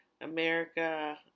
America